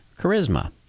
charisma